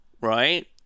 right